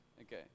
Okay